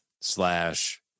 slash